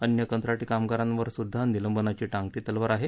अन्य कंत्राटी कामगारांवरसुद्धा निलंबनाची टांगती तलवार आहे